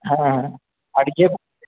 হ্যাঁ আর ইয়ে